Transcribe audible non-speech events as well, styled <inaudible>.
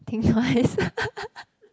think twice <laughs>